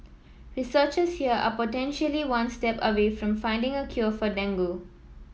researchers here are potentially one step away from finding a cure for dengue